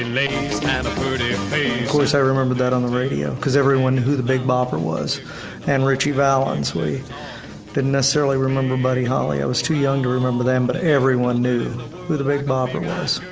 and and i remember that on the radio because everyone knew who the big bopper was and richie valens, we didn't necessarily remember buddy holly. i was too young to remember them, but everyone knew who the big bopper was,